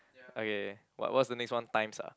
okay what what's the next one times ah